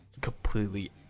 completely